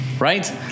Right